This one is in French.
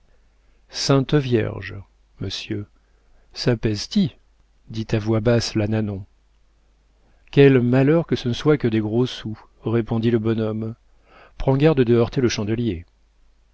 sainte vierge monsieur ça pèse t i dit à voix basse la nanon quel malheur que ce ne soit que des gros sous répondit le bonhomme prends garde de heurter le chandelier